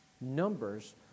numbers